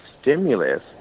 stimulus